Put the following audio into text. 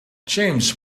james